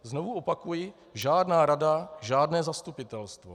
Znovu opakuji, žádná rada, žádné zastupitelstvo.